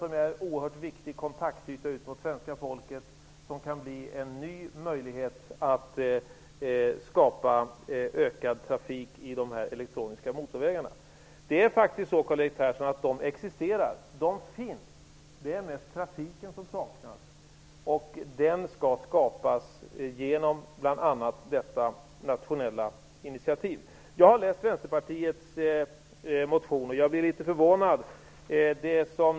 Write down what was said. Posten är en oerhört viktig kontaktyta mot svenska folket och kan bli en ny möjlighet att skapa ökad trafik i de elektroniska motorvägarna. De existerar faktiskt, Karl-Erik Persson. Det är mest trafiken som saknas. Den skall skapas genom bl.a. detta nationella initiativ. Jag har läst Vänsterpartiets motion. Jag blir litet förvånad.